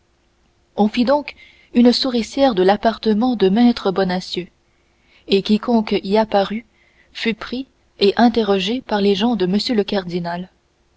on fit donc une souricière de l'appartement de maître bonacieux et quiconque y apparut fut pris et interrogé par les gens de m le cardinal